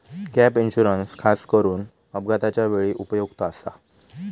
gap insurance खासकरून अपघाताच्या वेळी उपयुक्त आसा